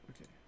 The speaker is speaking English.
okay